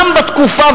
גם בתקופה,